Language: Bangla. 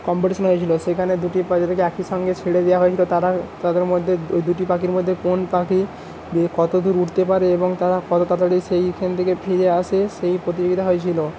কম্পিটিশন হয়েছিলো সেখানে দুটি পাখিকে একসঙ্গে ছেড়ে দেওয়া হয়েছিলো তারা তাঁদের মধ্যে এই দুটি পাখির মধ্যে কোন পাখি কত দূর উড়তে পারে এবং তারা কত তাড়াতাড়ি সেখান থেকে ফিরে আসে সেই প্রতিযোগিতা হয়েছিলো